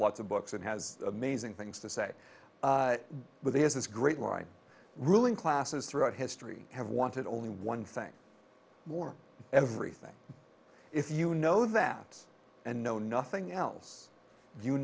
lots of books and has amazing things to say but there's this great line ruling classes throughout history have wanted only one thing more everything if you know that and know nothing else you